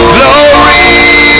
Glory